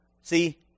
See